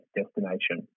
destination